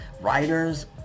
writers